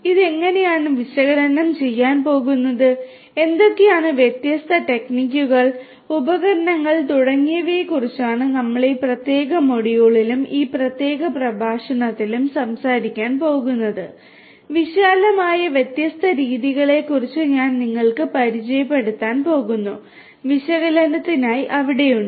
ഇത് എങ്ങനെയാണ് വിശകലനം ചെയ്യാൻ പോകുന്നത് എന്തൊക്കെയാണ് വ്യത്യസ്ത ടെക്നിക്കുകൾ ഉപകരണങ്ങൾ തുടങ്ങിയവയെക്കുറിച്ചാണ് നമ്മൾ ഈ പ്രത്യേക മൊഡ്യൂളിലും ഈ പ്രത്യേക പ്രഭാഷണത്തിലും സംസാരിക്കാൻ പോകുന്നത് വിശാലമായ വ്യത്യസ്ത രീതികളെക്കുറിച്ച് ഞാൻ നിങ്ങൾക്ക് പരിചയപ്പെടുത്താൻ പോകുന്നു വിശകലനത്തിനായി അവിടെയുണ്ട്